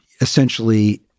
essentially